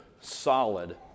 solid